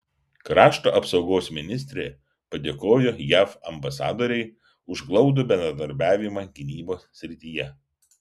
krašto apsaugos ministrė padėkojo jav ambasadorei už glaudų bendradarbiavimą gynybos srityje